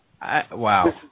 Wow